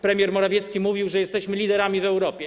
Premier Morawiecki mówił, że jesteśmy liderami w Europie.